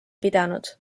pidanud